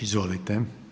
Izvolite.